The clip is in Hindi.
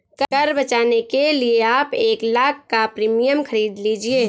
कर बचाने के लिए आप एक लाख़ का प्रीमियम खरीद लीजिए